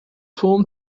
poem